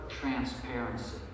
transparency